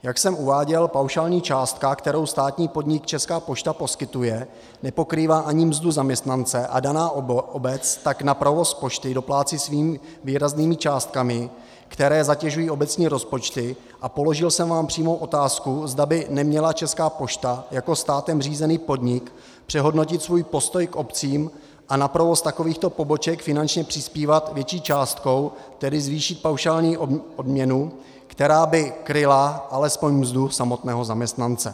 Jak jsem uváděl, paušální částka, kterou státní podnik Česká pošta poskytuje, nepokrývá ani mzdu zaměstnance, a daná obec tak na provoz pošty doplácí svými výraznými částkami, které zatěžují obecní rozpočty, a položil jsem vám přímou otázku, zda by neměla Česká pošta jako státem řízený podnik přehodnotit svůj postoj k obcím a na provoz takovýchto poboček finančně přispívat větší částkou, tedy zvýšit paušální odměnu, která by kryla alespoň mzdu samotného zaměstnance.